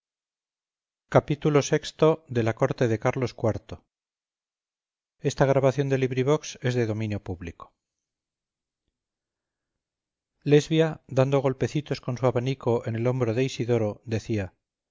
xxvi xxvii xxviii la corte de carlos iv de benito pérez galdós lesbia dando golpecitos con su abanico en el hombro de isidoro decía